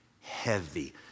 heavy